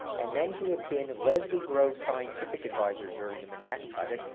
and then he had been leslie groves' scientific advisor during the manhattan project,